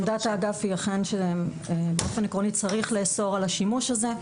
עמדת האגף היא אכן שבאופן עקרוני צריך לאסור על השימוש הזה.